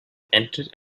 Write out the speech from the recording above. entered